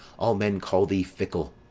all men call thee fickle.